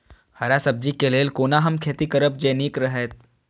हरा सब्जी के लेल कोना हम खेती करब जे नीक रहैत?